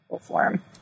form